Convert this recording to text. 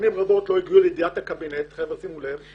שנים רבות לא הגיעו לידיעת הקבינט, שימו לב.